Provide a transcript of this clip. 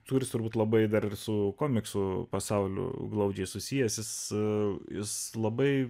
turi būti labai dar su komiksų pasauliu glaudžiai susijusi su jis labai